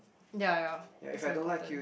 ya ya that's very important